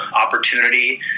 opportunity